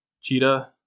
cheetah